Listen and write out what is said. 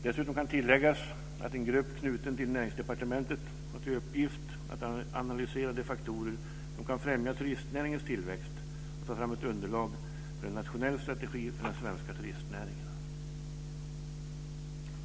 Dessutom kan tilläggas att en grupp knuten till Näringsdepartementet har till uppgift att analysera de faktorer som kan främja turistnäringens tillväxt och ta fram ett underlag för en nationell strategi för den svenska turistnäringen.